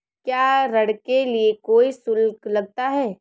क्या ऋण के लिए कोई शुल्क लगता है?